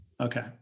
Okay